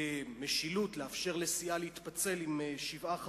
לאפשר לסיעה להתפצל עם שבעה חברים,